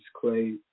Clay